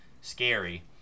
scary